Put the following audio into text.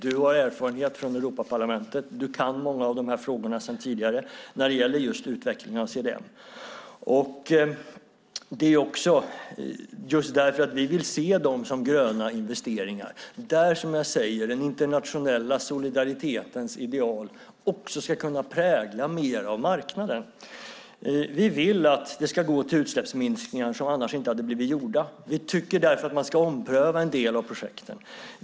Du har erfarenhet från Europaparlamentet och kan sedan tidigare många av frågorna beträffande utvecklingen av CDM. Vi vill se dem som gröna investeringar, och för att den internationella solidaritetens ideal ska kunna prägla mer av marknaden. Vi vill att det ska gå till utsläppsminskningar som annars inte hade blivit gjorda. Vi tycker därför att man ska ompröva en del av projekten.